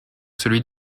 celui